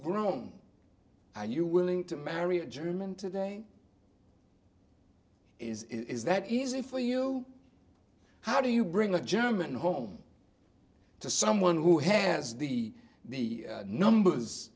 grown are you willing to marry a german today is it is that easy for you how do you bring a german home to someone who has the the numbers